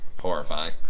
Horrifying